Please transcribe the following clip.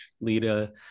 Lita